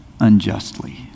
unjustly